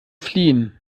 fliehen